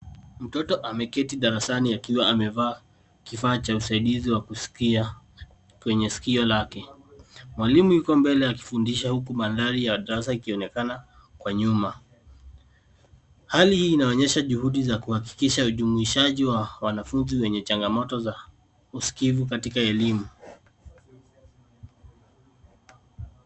Mtoto ameketi darasani akiwa amevaa kifaa cha usaidizi wa kusikia kwenye sikio lake. Mwalimu yuko mbele akifundisha huku mandhari ya darasa ikionekana kwa nyuma. Hali hii inaonyesha juhudi za kuhakikisha ujumuishaji wa wanafunzi wenye changamoto za uskivu katika elimu.